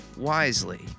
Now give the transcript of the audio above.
wisely